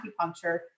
acupuncture